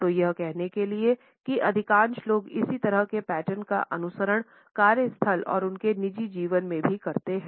तो यह कहने के लिए हैं कि अधिकांश लोग इसी तरह के पैटर्न का अनुसरण कार्यस्थल और उनके निजी जीवन में भी करते हैं